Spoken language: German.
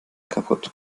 kaputt